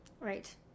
Right